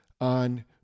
on